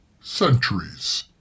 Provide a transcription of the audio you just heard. Centuries